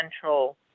central